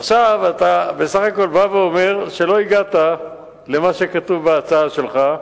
עכשיו אתה בסך הכול בא ואומר שלא הגעת למה שכתוב בהצעה שלך.